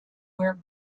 wear